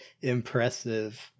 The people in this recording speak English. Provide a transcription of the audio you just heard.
impressive